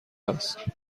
است